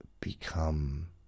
become